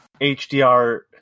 HDR